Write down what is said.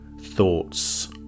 thoughts